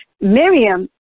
Miriam